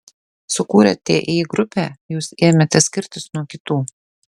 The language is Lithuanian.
sukūrę ti grupę jūs ėmėte skirtis nuo kitų